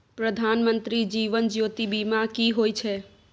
प्रधानमंत्री जीवन ज्योती बीमा की होय छै?